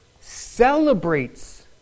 celebrates